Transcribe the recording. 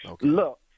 Look